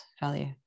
Value